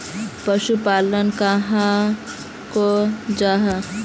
पशुपालन कहाक को जाहा?